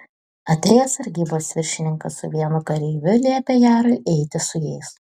atėjęs sargybos viršininkas su vienu kareiviu liepė jarui eiti su jais